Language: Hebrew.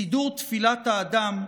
סידור תפילת האדם,